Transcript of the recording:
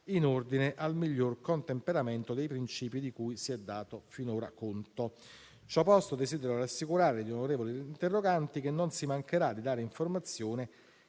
in ordine al miglior contemperamento dei principi di cui si è dato finora conto. Ciò posto, desidero rassicurare gli onorevoli interroganti che non si mancherà di dare informazione